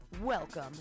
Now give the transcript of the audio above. Welcome